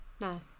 No